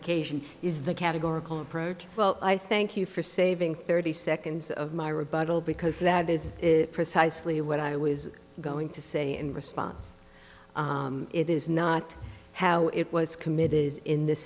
occasion is the categorical approach well i thank you for saving thirty seconds of my rebuttal because that is precisely what i was going to say in response it is not how it was committed in this